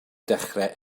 dechrau